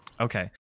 okay